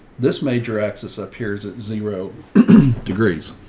this major axis up here is at zero degrees.